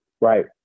right